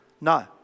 No